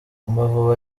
amavubi